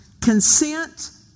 consent